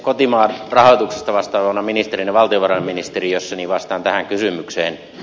kotimaan rahoituksesta vastaavana ministerinä valtiovarainministeriössä vastaan tähän kysymykseen